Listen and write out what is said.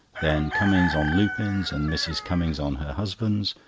then cummings on lupin's, and mrs. cummings on her husband's.